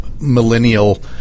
millennial